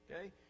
okay